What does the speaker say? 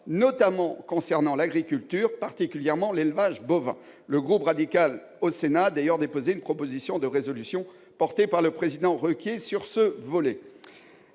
notamment concernant l'agriculture, et plus particulièrement l'élevage bovin. Le groupe radical du Sénat a d'ailleurs déposé une proposition de résolution, portée par le président Requier, sur ce volet.